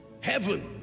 heaven